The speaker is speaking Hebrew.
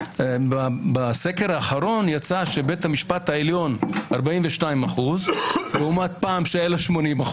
שבסקר האחרון יצא שבית המשפט העליון 42% לעומת שהיו 80%,